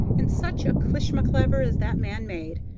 and such a clishmaclaver as that man made!